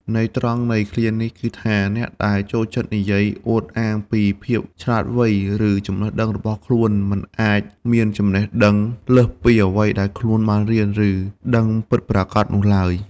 ន័យត្រង់នៃឃ្លានេះគឺថា អ្នកដែលចូលចិត្តនិយាយអួតអាងពីភាពឆ្លាតវៃ ឬចំណេះដឹងរបស់ខ្លួន មិនអាចមានចំណេះដឹងលើសពីអ្វីដែលខ្លួនបានរៀន ឬដឹងពិតប្រាកដនោះឡើយ។